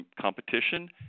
competition